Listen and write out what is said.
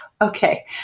Okay